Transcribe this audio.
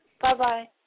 Bye-bye